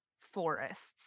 forests